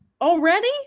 already